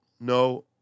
No